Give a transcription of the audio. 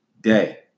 day